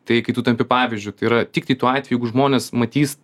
tai kai tu tampi pavyzdžiui tai yra tiktai tuo atveju jeigu žmonės matys